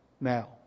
now